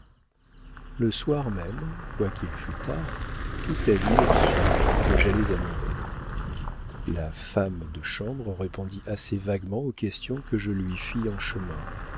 le soir même quoiqu'il fût tard toute la ville sut que j'allais à merret la femme de chambre répondit assez vaguement aux questions que je lui fis en chemin